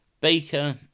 Baker